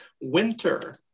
winter